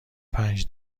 پنج